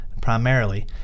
Primarily